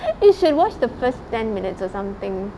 you should watch the first ten minutes or something